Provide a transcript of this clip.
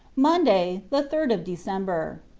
monday, the third of december.